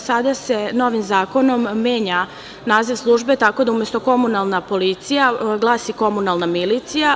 Sada se novim zakonom menja naziv službe, tako da umesto komunalna policija, glasi – komunalna milicija.